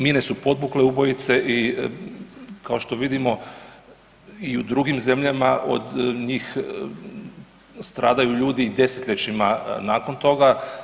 Mine su podmukle ubojice i kao što vidimo i u drugim zemljama od njih stradaju ljudi i desetljećima nakon toga.